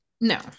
No